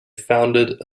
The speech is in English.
founded